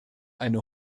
eine